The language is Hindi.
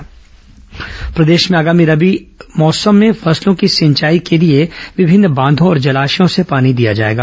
रबी फसल पानी प्रदेश में आगामी रबी सीजन में फसलों की सिंचाई के लिए विभिन्न बांधों और जलाशयों से पानी दिया जाएगा